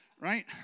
right